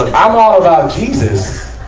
um all about jesus,